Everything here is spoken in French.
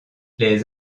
les